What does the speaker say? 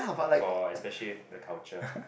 for especially the culture